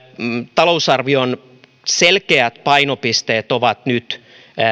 talousarvion selkeitä painopisteitä on nyt